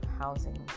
housing